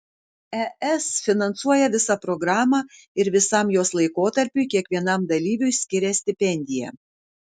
es finansuoja visą programą ir visam jos laikotarpiui kiekvienam dalyviui skiria stipendiją